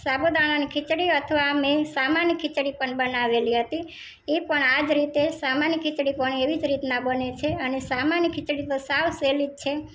સાબુદાણાની ખિચડી અથવા મેઈન સામાન્ય ખિચડી પણ બનાવેલી હતી એ પણ આ જ રીતે સામાન્ય ખિચડી પણ એવી જ રીતના બંને છે અને સામાન્ય ખિચડી તો સાવ સહેલી જ છે